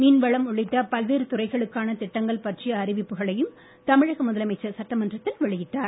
மீன்வளம் உள்ளிட்ட பல்வேறு துறைகளுக்கான திட்டங்கள் பற்றிய அறிவிப்புகளையும் தமிழக முதலமைச்சர் சட்டமன்றத்தில் வெளியிட்டார்